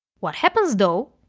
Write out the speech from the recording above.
what happens, though,